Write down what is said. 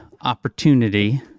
opportunity